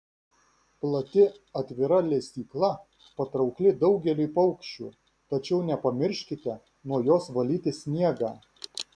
plati atvira lesykla patraukli daugeliui paukščių tačiau nepamirškite nuo jos valyti sniegą